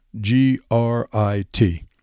G-R-I-T